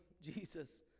Jesus